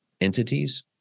entities